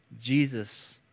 Jesus